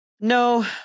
no